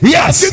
Yes